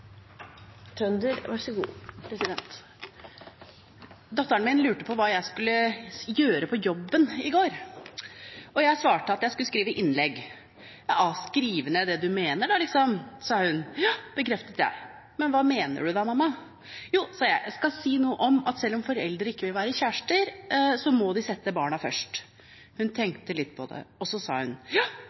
Datteren min lurte i går på hva jeg skulle gjøre på jobben, og jeg svarte at jeg skulle skrive innlegg. Skrive ned det du mener, da liksom? sa hun. Ja, bekreftet jeg. Men hva mener du da, mamma? Jo, sa jeg, jeg skal si noe om at selv om foreldre ikke vil være kjærester, må de sette barna først. Hun tenkte litt på det, og så sa hun: